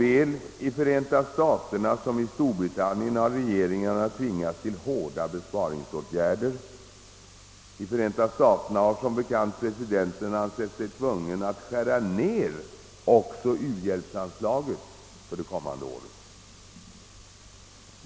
Såväl i Förenta staterna som i Storbritannien har regeringarna tvingats till hårda besparingsåtgärder. I Förenta staterna har som bekant presidenten ansett sig tvungen att skära ned också u-hjälpsanslaget för det kommande året.